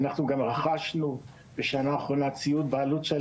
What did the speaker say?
אנחנו גם רכשנו בשנה האחרונה ציוד בעלות של